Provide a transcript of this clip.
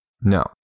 No